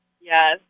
Yes